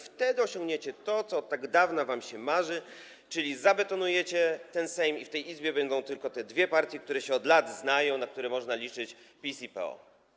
Wtedy osiągniecie to, co od tak dawna wam się marzy, czyli zabetonujecie ten Sejm i w tej Izbie będą tylko te dwie partie, które od lat się znają i na które można liczyć - PiS i PO.